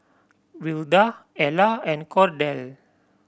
Wilda Ela and Kordell